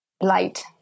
light